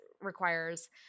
requires